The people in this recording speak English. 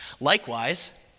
Likewise